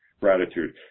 Gratitude